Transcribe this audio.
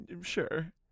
sure